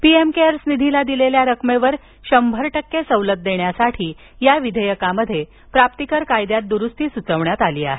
PM CARES निधीला दिलेल्या रकमेवर शंभर टक्के कर सवलत देण्यासाठी या विधेयकात प्राप्तीकर कायद्यात दुरुस्ती सुचवण्यात आली आहे